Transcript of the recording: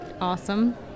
awesome